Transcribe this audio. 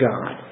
God